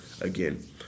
again